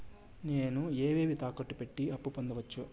నేను ఏవేవి తాకట్టు పెట్టి అప్పు పొందవచ్చు?